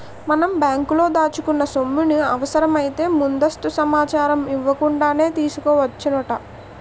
మనం బ్యాంకులో దాచుకున్న సొమ్ముని అవసరమైతే ముందస్తు సమాచారం ఇవ్వకుండానే తీసుకోవచ్చునట